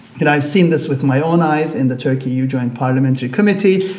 and i've seen this with my own eyes in the turkey-eu joint parliamentary committee.